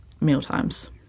mealtimes